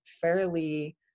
fairly